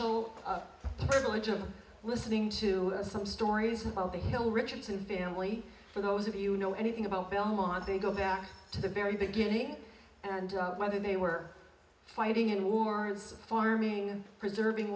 of listening to some stories about the hill richardson family for those of you know anything about belmont they go back to the very beginning and whether they were fighting in wars farming and preserving